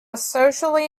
socially